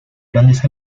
grandes